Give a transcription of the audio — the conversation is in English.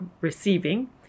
receiving